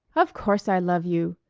of course i love you,